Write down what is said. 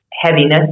heaviness